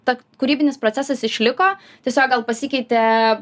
kad kūrybinis procesas išliko tiesiog gal pasikeitė